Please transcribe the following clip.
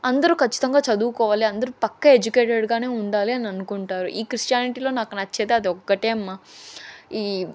అందరూ ఖచ్చితంగా చదువుకోవాలీ అందరూ పక్క ఎడ్యుకేటెడ్ గానే ఉండాలి అని అనుకుంటారు ఈ క్రిస్టియానిటీలో నాకు నచ్చేది అదొక్కటే అమ్మా ఈ